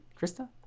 Krista